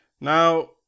Now